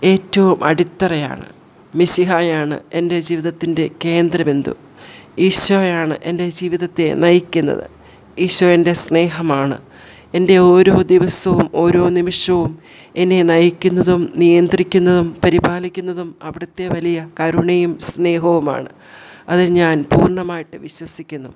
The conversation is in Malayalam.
ഏറ്റവും അടിത്തറയാണ് മിശിഹായാണ് എൻ്റെ ജീവിതത്തിൻ്റെ കേന്ദ്രബിന്ദു ഈശോയാണ് എൻ്റെ ജീവിതത്തെ നയിക്കുന്നത് ഈശോൻ്റെ സ്നേഹമാണ് എൻ്റെ ഓരോ ദിവസവും ഓരോ നിമിഷവും എന്നെ നയിക്കുന്നതും നിയന്ത്രിക്കുന്നതും പരിപാലിക്കുന്നതും അവിടത്തെ വലിയ കരുണയും സ്നേഹവുമാണ് അതിൽ ഞാൻ പൂർണ്ണമായിട്ടും വിശ്വസിക്കുന്നു